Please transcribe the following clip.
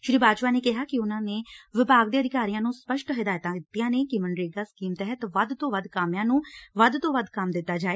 ਸ਼ੀ ਬਾਜਵਾ ਨੇ ਕਿਹਾ ਕਿ ਉਨੁਾਂ ਨੇ ਵਿਭਾਗ ਦੇ ਅਧਿਕਾਰੀਆਂ ਨੁੰ ਸਪਸ਼ਟ ਹਿਦਾਇਤਾਂ ਦਿੱਤੀਆਂ ਨੇ ਮਗਨਰੇਗਾ ਸਕੀਮ ਤਹਿਤ ਵੱਧ ਤੋ ਵੱਧ ਕਾਮਿਆਂ ਨੂੰ ਵੱਧ ਤੋ ਵੱਧ ਕੰਮ ਦਿੱਤਾ ਜਾਵੇ